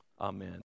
Amen